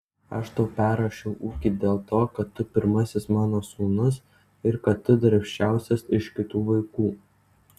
aš tau perrašiau ūkį dėl to kad tu pirmasis mano sūnus ir kad tu darbščiausias iš kitų vaikų